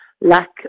lack